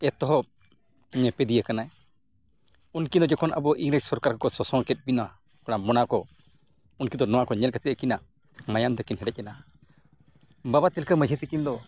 ᱮᱛᱚᱦᱚᱵ ᱧᱮᱯᱮᱫᱤᱭᱟᱹ ᱠᱟᱱᱟᱭ ᱩᱱᱠᱤᱱ ᱫᱚ ᱡᱚᱠᱷᱚᱱ ᱟᱵᱚ ᱤᱝᱨᱮᱹᱡᱽ ᱥᱚᱨᱠᱟᱨ ᱠᱚ ᱥᱟᱥᱚᱱ ᱠᱮᱜ ᱵᱚᱱᱟ ᱚᱱᱟ ᱢᱚᱱᱟ ᱠᱚ ᱩᱱᱠᱤᱱ ᱫᱚ ᱱᱚᱣᱟ ᱠᱚ ᱧᱮᱞ ᱠᱟᱛᱮᱫ ᱩᱱᱠᱤᱱᱟᱜ ᱢᱟᱭᱟᱢ ᱛᱟᱹᱠᱤᱱ ᱦᱮᱰᱮᱡ ᱮᱱᱟ ᱵᱟᱵᱟ ᱛᱤᱞᱠᱟᱹ ᱢᱟᱹᱡᱷᱤ ᱛᱟᱹᱠᱤᱱ ᱫᱚ